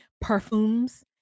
perfumes